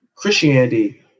Christianity